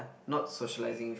not socializing with